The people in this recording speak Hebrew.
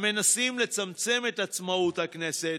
המנסים לצמצם את עצמאות הכנסת